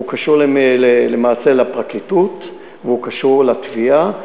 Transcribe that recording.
הוא קשור למעשה לפרקליטות, והוא קשור לתביעה.